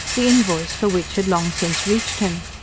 the invoice for which had long since reached him.